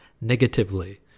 negatively